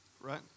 Right